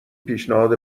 پیشنهاد